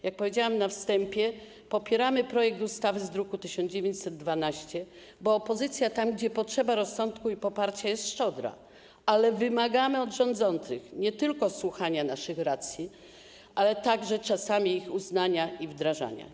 Jak powiedziałam na wstępie, popieramy projekt ustawy z druku nr 1912, bo opozycja tam, gdzie potrzeba rozsądku i poparcia, jest szczodra, ale wymagamy od rządzących nie tylko słuchania naszych racji, ale czasami także ich uznania i wdrażania.